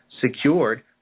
secured